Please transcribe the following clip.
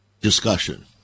discussion